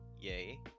yay